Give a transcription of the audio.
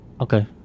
Okay